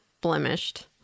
blemished